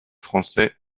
français